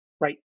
right